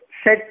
set